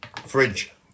fridge